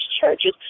churches